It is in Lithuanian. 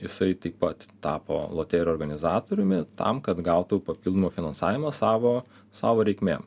jisai taip pat tapo loterijų organizatoriumi tam kad gautų papildomo finansavimo savo savo reikmėm